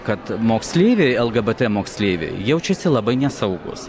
kad moksleiviai lgbt moksleiviai jaučiasi labai nesaugūs